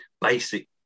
basic